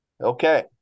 Okay